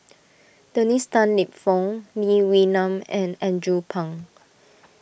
Dennis Tan Lip Fong Lee Wee Nam and Andrew Phang